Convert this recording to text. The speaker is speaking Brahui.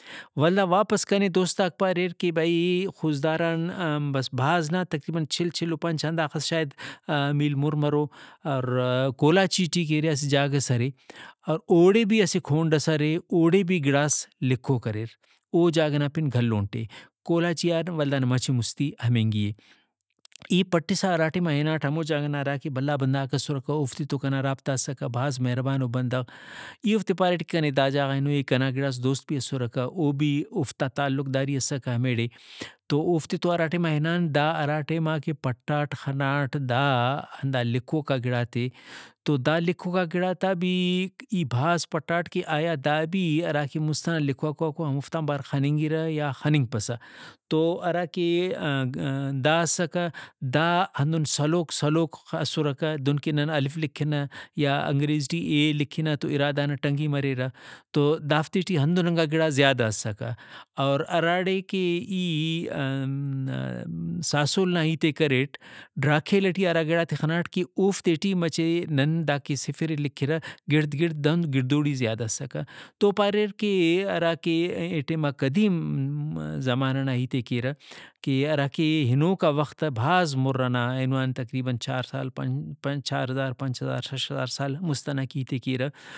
ولدا واپس کنے دوستاک پاریر کہ بھئی خضداران بس بھاز نہ تقریباً چھل چھل ؤ پنچ ہنداخس شاید میل مُر مرو اور کھولاچی ٹی کہ ارے اسہ جاگہ ئس ارے اور اوڑے بھی اسہ کھونڈس ارے اوڑے بھی گڑاس لکھوک اریر۔ اوجاگہ نا پن دھلونٹ اے۔ کھولاچی آن ولدانا مچہ مُستی ہمینگی اے۔ ای پٹسا ہرا ٹائما ہناٹ ہمو جاگہ نا ہراکہ بھلا بندغاک اسرکہ اوفتے تو کنا رابطہ اسکہ بھاز مہربانو بندغ ای اوفتے پاریٹ کنے دا جاگہ غا ہنوئی اے کنا گڑاس دوست بھی اسرکہ او بھی اوفتا تعلق داری اسکہ ہمیڑے۔ تو اوفتے تو ہرا ٹائما ہنان دا ہرا ٹائماکہ پٹاٹ خناٹ دا ہندا لکھوکا گڑاتے تو دا لکھوکا گڑاتا بھی ای بھاز پٹاٹ کہ آیا دا بھی ہرا کہ مُست ئنا لکھوکاکو ہموفتان بار خننگرہ یا خننگپسہ۔ تو ہراکہ دا اسکہ دا ہندن سلوک سلوک اسرکہ دہن کہ نن الف لکھنہ یا انگریزی ٹی Aلکھنہ تو اِرا دانہ ٹھنگی مریرہ تو دافتے ٹی ہندننگا گڑا زیادہ اسکہ اور ہراڑے کہ ای ساسول نا ہیتے کریٹ ڈھراکیل ٹی ہرا گڑاتے خناٹ کہ اوفتے ٹی مچہ نن داکہ صفر لکھرہ گڑد گڑدان گڑدوڑی زیادہ اسکہ۔ تو پاریر کہ ہراکہ اے ٹائما قدیم زمانہ نا ہیتے کیرہ کہ ہراکہ ہنوکا وختا بھاز مُر ئنا اینو آن تقریباً چھار پنچ سال پنچ چھارہزار پنچ ہزار شش ہزارسال مُست ئنا کہ ہیتے کیرہ